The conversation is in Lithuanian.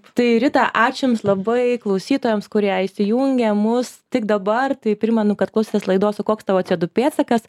tai rita ačiū jums labai klausytojams kurie įsijungė mus tik dabar tai primenu kad klausėtės laidos o koks tavo c o du pėdsakas